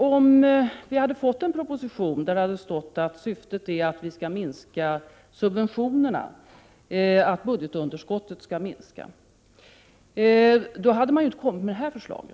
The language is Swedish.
Om vi hade fått en proposition där det stått att syftet är att minska subventionerna så att budgetunderskottet minskar, då hade regeringen inte kommit med detta förslag.